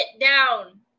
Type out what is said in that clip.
down